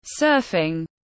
surfing